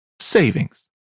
savings